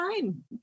time